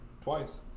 twice